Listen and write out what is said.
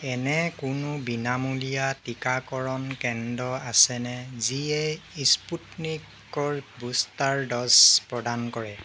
এনে কোনো বিনামূলীয়া টীকাকৰণ কেন্দ্ৰ আছেনে যিয়ে ইস্পুটনিকৰ বুষ্টাৰ ড'জ প্ৰদান কৰে